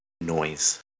noise